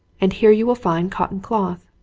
and here you will find cotton cloth,